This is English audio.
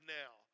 now